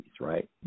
right